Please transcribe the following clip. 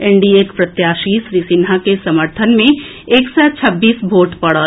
एनडीएक प्रत्याशी श्री सिन्हा के समर्थन मे एक सय छब्बीस भोट पड़ल